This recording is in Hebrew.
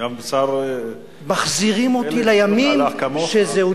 גם השר פלד הלך כמוך.